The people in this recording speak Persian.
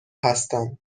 هستند